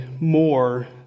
more